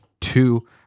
two